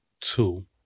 two